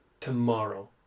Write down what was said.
tomorrow